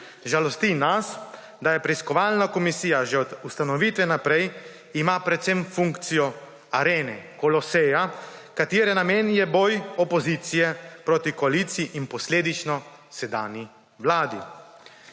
Žalosti nas, da preiskovalna komisija že od ustanovitve naprej ima predvsem funkcijo arene, koloseja, katere namen je boj opozicije proti koaliciji in posledično sedanji vladi.